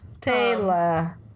Taylor